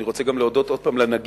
אני רוצה גם להודות עוד פעם לנגיד.